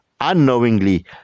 unknowingly